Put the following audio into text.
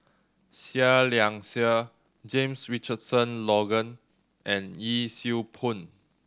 Seah Liang Seah James Richardson Logan and Yee Siew Pun